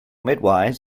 midwifes